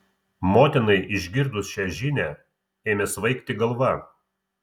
motinai išgirdus šią žinią ėmė svaigti galva